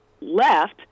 left